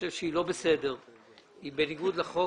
חושב שהיא לא בסדר והיא בניגוד לחוק.